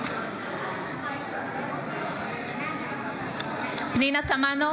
נגד פנינה תמנו,